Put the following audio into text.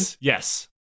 Yes